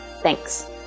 Thanks